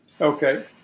Okay